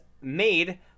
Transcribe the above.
made